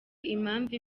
impamvu